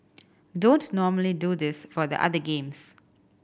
don't normally do this for the other games